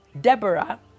Deborah